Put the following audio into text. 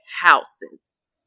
houses